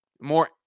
more